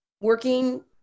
working-